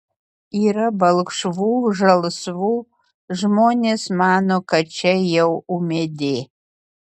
yra balkšvų žalsvų žmonės mano kad čia jau ūmėdė